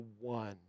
one